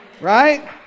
Right